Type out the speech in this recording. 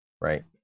right